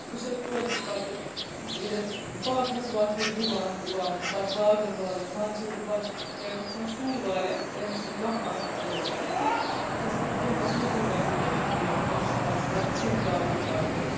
بہٕ چھَس توتہِ تہِ پَتہٕ ییٚتیتھ پاتھَس واتھَس ڈُوان وُوان پَتہٕ باغَن واغَن منزٕ چھَس بہٕ پَتہٕ تَمہِ وِز آسان سُل واریاہ تَم وِز چھُ نہٕ کانٛہہ آسان نیبرٕ کَنیتھ تہِ بہٕ چھَس پَتہٕ گیٹَس نٮ۪برٕ کَنۍ تہِ دِوان تھوڑا پَھش وش پَتہٕ چھِرکاو وِرکاب کَران